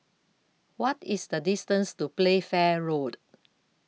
What IS The distance to Playfair Road